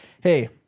hey